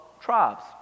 tribes